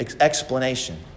explanation